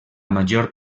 major